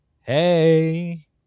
hey